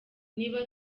niba